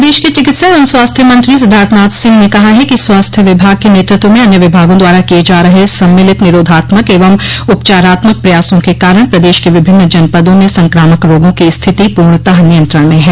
प्रदेश के चिकित्सा एवं स्वास्थ्य मंत्री सिद्धार्थनाथ सिंह ने कहा है कि स्वास्थ्य विभाग के नेतृत्व में अन्य विभागों द्वारा किये जा रहे सम्मिलित निरोधात्मक एवं उपचारात्मक प्रयासों के कारण प्रदेश के विभिन्न जनपदों में संक्रामक रोगों की स्थिति पूर्णतः नियंत्रण में हैं